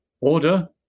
order